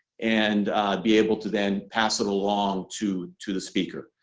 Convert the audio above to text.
and be able to then pass it along to to the speaker.